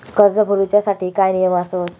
कर्ज भरूच्या साठी काय नियम आसत?